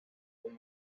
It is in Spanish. con